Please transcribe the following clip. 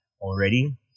already